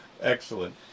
Excellent